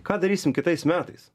ką darysim kitais metais